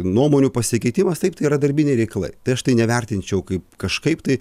nuomonių pasikeitimas taip yra darbiniai reikalai tai aš tai nevertinčiau kaip kažkaip tai